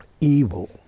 evil